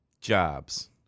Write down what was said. Jobs